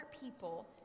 people